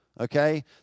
Okay